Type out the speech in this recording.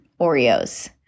Oreos